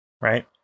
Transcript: Right